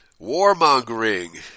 warmongering